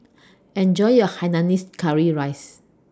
Enjoy your Hainanese Curry Rice